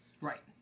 Right